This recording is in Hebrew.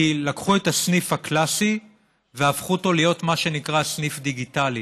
כי לקחו את הסניף הקלאסי והפכו אותו מה להיות מה שנקרא סניף דיגיטלי,